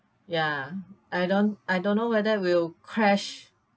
ya I don't I don't know whether will crash